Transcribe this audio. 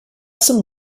some